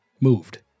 moved